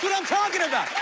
you know i'm talking about.